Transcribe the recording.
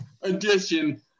edition